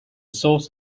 source